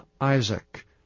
Isaac